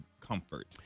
comfort